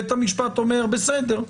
בית המשפט אומר: בסדר,